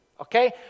okay